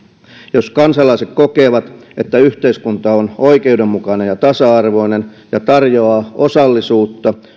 jos kansalaiset kokevat että yhteiskunta on oikeudenmukainen ja tasa arvoinen ja tarjoaa osallisuutta